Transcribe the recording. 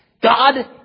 God